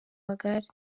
magare